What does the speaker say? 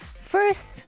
first